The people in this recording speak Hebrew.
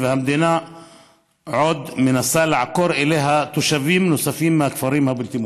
והמדינה עוד מנסה לעקור אליה תושבים נוספים מהכפרים הבלתי-מוכרים.